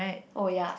oh ya